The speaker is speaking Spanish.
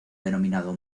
denominado